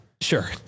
Sure